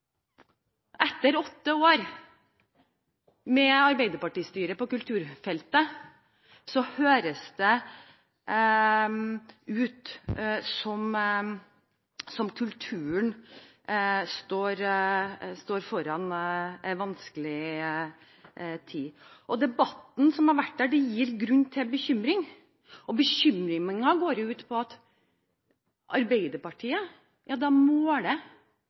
Etter åtte år med arbeiderpartistyre på kulturfeltet høres det ut som om kulturen står foran en vanskelig tid. Debatten her gir grunn til bekymring. Bekymringen går ut på at Arbeiderpartiet